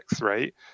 right